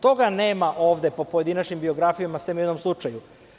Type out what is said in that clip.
Toga nema ovde po pojedinačnim biografijama, osim u jednom slučaju.